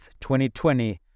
2020